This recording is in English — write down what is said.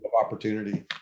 opportunity